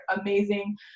amazing